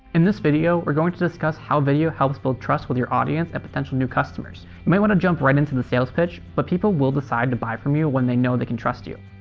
in this video we're going to discuss how video helps build trust with your audience and potential new customers. you might want to jump right into the sales pitch. but people will decide to buy from you when they know they can trust you.